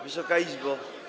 Wysoka Izbo!